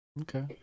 okay